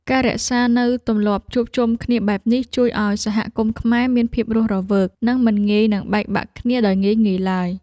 ការរក្សានូវទម្លាប់ជួបជុំគ្នាបែបនេះ ជួយឱ្យសហគមន៍ខ្មែរមានភាពរស់រវើក និងមិនងាយនឹងបែកបាក់គ្នាដោយងាយៗឡើយ។